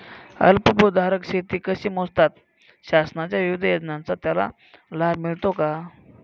अल्पभूधारक शेती कशी मोजतात? शासनाच्या विविध योजनांचा त्याला लाभ मिळतो का?